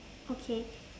okay